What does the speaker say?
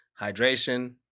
hydration